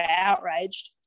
outraged